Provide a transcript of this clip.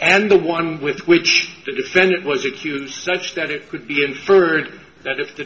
and the one with which the defendant was accused such that it could be inferred that if the